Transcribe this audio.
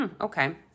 okay